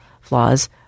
flaws